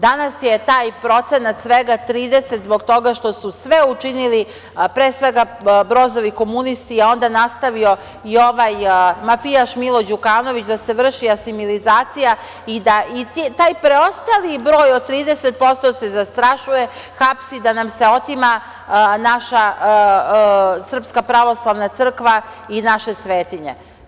Danas je taj procenat svega 30 zbog toga što su sve učinili, pre svega, Brozovi komunisti, a onda nastavio mafijaš Milo Đukanović, da se vrši asimilizacija i da taj preostali broj od 30% se zastrašuje, hapsi, da nam se otima naša Srpska pravoslavna crkva i naše svetinje.